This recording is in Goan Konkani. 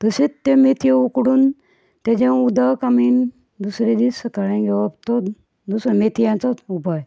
तशेंत त्यो मेथयो उकडून तेजें उदक आमी दुसरे दीस सकाळीं घेवप तो दुसरो मेथयांचोच उपाय